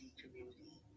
community